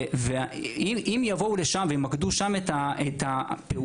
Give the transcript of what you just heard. אם יבואו לשם וימקדו שם את הפעולות,